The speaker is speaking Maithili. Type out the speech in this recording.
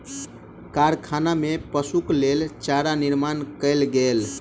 कारखाना में पशुक लेल चारा निर्माण कयल गेल